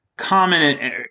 common